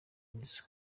nizzo